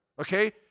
okay